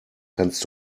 kannst